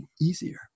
easier